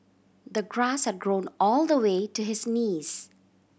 the grass had grown all the way to his knees